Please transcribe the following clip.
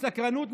מסקרנות,